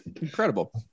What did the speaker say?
Incredible